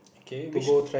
K which